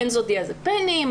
בנזודיאזפינים,